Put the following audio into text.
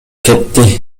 кетти